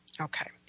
Okay